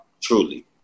truly